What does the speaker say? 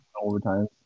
Overtime